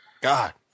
God